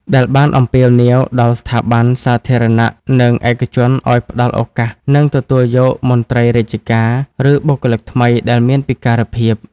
ដែលបានអំពាវនាវដល់ស្ថាប័នសាធារណៈនិងឯកជនឱ្យផ្តល់ឱកាសនិងទទួលយកមន្ត្រីរាជការឬបុគ្គលិកថ្មីដែលមានពិការភាព។